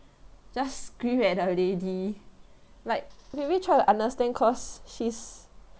just scream at the lady like maybe try to understand cause she's